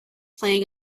playing